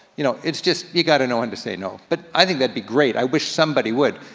you know it's just, you gotta know when to say no. but i think that'd be great, i wish somebody would.